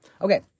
Okay